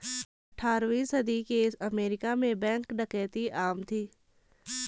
अठारहवीं सदी के अमेरिका में बैंक डकैती आम थी